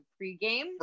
pregame